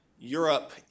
Europe